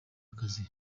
akazi